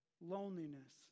Loneliness